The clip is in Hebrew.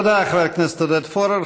תודה, חבר הכנסת עודד פורר.